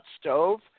stove